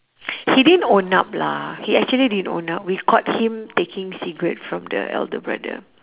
he didn't own up lah he actually didn't own up we caught him taking cigarette from the elder brother